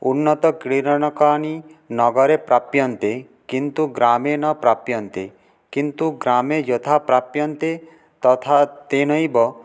उन्नतक्रीडनकानि नगरे प्राप्यन्ते किन्तु ग्रामे न प्राप्यन्ते किन्तु ग्रामे यथा प्राप्यन्ते तथा तेनैव